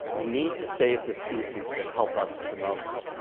we need to save the species that help us the most.